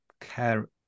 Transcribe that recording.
care